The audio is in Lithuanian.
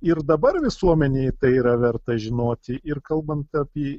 ir dabar visuomenei tai yra verta žinoti ir kalbant apie